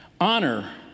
Honor